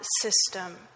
system